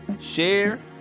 share